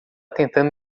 tentando